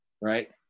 right